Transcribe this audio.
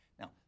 Now